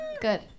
Good